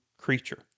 creature